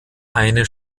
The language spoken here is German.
eine